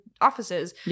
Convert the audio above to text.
offices